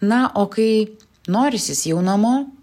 na o kai norisis jau namo